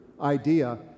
idea